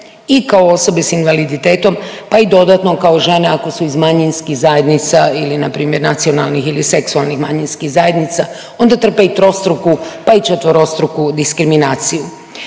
i kao osobe s invaliditetom, pa i dodatno kao žene ako su iz manjinskih zajednica ili npr. nacionalnih ili seksualnih manjinskih zajednica onda trpe i trostruku pa i četverostruku diskriminaciju.